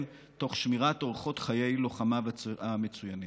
תוך שמירת אורחות חיי לוחמיו המצוינים.